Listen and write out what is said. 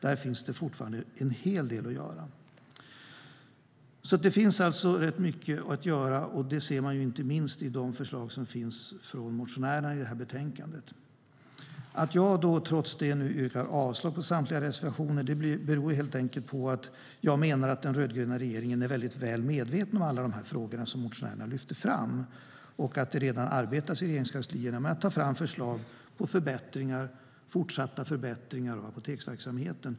Där finns fortfarande en hel del att göra. Det finns alltså rätt mycket att göra. Det ser vi inte minst på de förslag som finns från motionärerna i det här betänkandet. Att jag trots det yrkar avslag på samtliga reservationer beror helt enkelt på att jag menar att den rödgröna regeringen är väl medveten om alla de frågor som motionärerna lyfter fram och att det redan arbetas i Regeringskansliet med att ta fram förslag till fortsatta förbättringar av apoteksverksamheten.